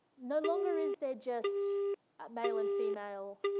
no longer is there just male and female,